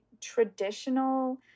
traditional